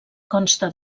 consta